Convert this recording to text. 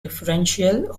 differential